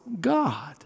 God